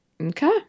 Okay